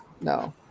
No